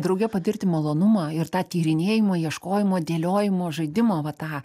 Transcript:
drauge patirti malonumą ir tą tyrinėjimo ieškojimo dėliojimo žaidimo va tą